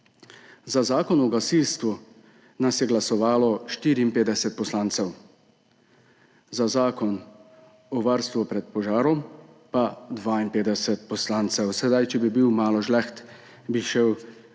Za Zakon o gasilstvu nas je glasovalo 54 poslancev, za Zakon o varstvu pred požarom pa 52 poslancev. Če bi bil malo žleht, bi šel